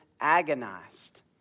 agonized